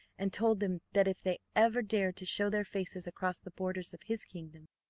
and told them that if they ever dared to show their faces across the borders of his kingdom,